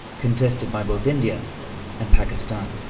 contested by both india and pakistan.